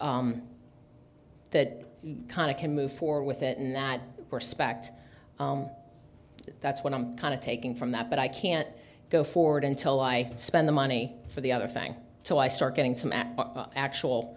that kind of can move forward with it not respect that's what i'm kind of taking from that but i can't go forward until i spend the money for the other thing so i start getting some actual